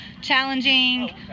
challenging